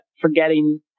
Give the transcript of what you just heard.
forgetting